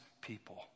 people